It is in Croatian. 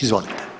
Izvolite.